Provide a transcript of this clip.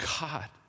God